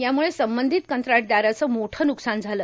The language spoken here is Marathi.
याम्ळे संबंधित कंत्राटदाराचे मोठे न्कसान झाले